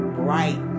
bright